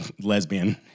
lesbian